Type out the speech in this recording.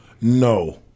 no